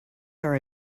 are